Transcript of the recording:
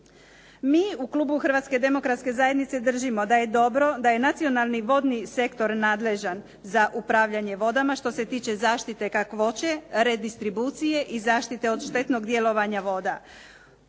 Mi u klubu HDZ-a držimo da je dobro da je nacionalni vodni sektor nadležan za upravljanje vodama što se tiče zaštite kakvoće, redistribucije i zaštite od štetnog djelovanja voda